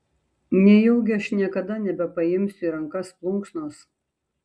nejaugi aš niekada nebepaimsiu į rankas plunksnos